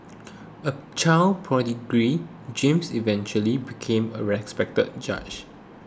a child prodigy James eventually became a respected judge